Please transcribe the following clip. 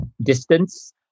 distance